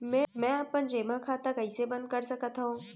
मै अपन जेमा खाता कइसे बन्द कर सकत हओं?